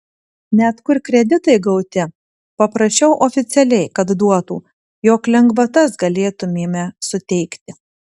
net kur kreditai gauti paprašiau oficialiai kad duotų jog lengvatas galėtumėme suteikti